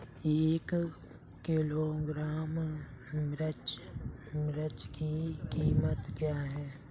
एक किलोग्राम मिर्च की कीमत क्या है?